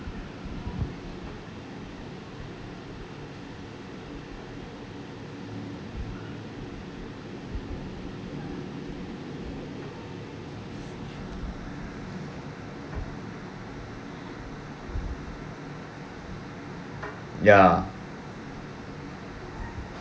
ya